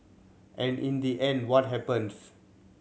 and in the end what happens